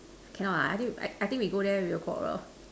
cannot ah I think I think we go there we will quarrel